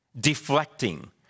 deflecting